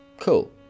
cool